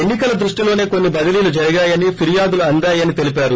ఎన్నికల దృష్టిలోనే కొన్ని బదిలీలు జరిగాయని ఫిర్యాదులు అందాయని తెలిపారు